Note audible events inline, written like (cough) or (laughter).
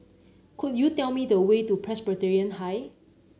could you tell me the way to (noise) Presbyterian High